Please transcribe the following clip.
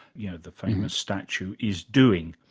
you know, the famous statue, is doing.